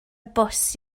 bws